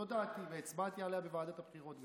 זאת דעתי, והצבעתי עליה גם בוועדת הבחירות.